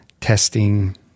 testing